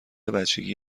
بچگی